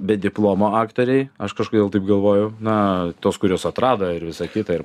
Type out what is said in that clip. be diplomo aktoriai aš kažkodėl taip galvoju na tuos kuriuos atrado ir visa kita ir